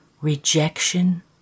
rejection